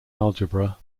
algebra